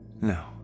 No